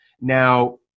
Now